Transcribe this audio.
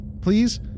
please